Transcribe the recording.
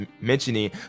mentioning